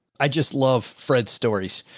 i just love fred's stories.